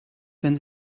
wenn